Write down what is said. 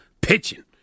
pitching